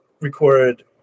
recorded